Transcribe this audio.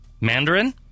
Mandarin